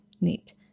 Neat